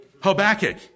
Habakkuk